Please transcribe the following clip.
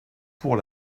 pour